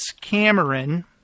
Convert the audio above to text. Cameron